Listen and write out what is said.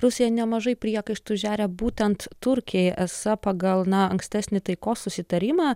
rusija nemažai priekaištų žeria būtent turkijai esą pagal na ankstesnį taikos susitarimą